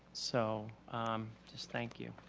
so just thank you.